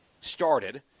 started